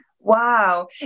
Wow